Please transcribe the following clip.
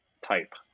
type